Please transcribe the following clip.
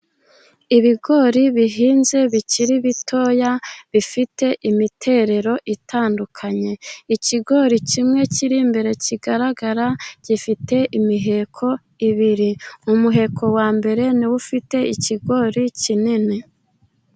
Ibigori bihinze bikiri bitoya, bifite imiterero itandukanye. Ikigori kimwe kiri imbere, kigaragara gifite imiheko ibiri. Umuheko wa mbere ni wo ufite ikigori kinini.